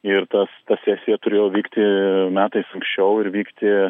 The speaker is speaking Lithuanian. ir tas ta sesija turėjo vykti metais anksčiau ir vykti